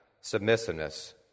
submissiveness